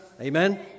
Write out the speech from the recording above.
Amen